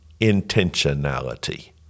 intentionality